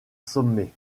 sommet